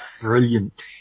brilliant